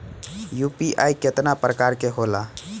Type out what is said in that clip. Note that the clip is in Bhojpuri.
यू.पी.आई केतना प्रकार के होला?